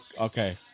Okay